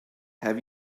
have